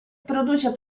produce